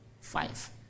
five